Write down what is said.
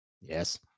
Yes